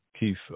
Keith